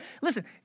Listen